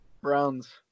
Browns